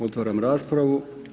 Otvaram raspravu.